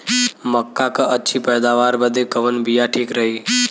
मक्का क अच्छी पैदावार बदे कवन बिया ठीक रही?